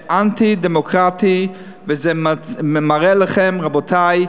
אנטי-דמוקרטי, וזה מראה לכם, רבותי,